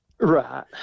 Right